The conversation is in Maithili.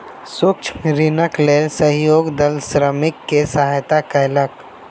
सूक्ष्म ऋणक लेल सहयोग दल श्रमिक के सहयता कयलक